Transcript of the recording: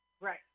Right